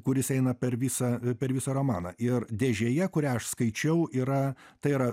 kuris eina per visą per visą romaną ir dėžėje kurią aš skaičiau yra tai yra